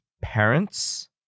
parents